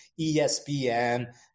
ESPN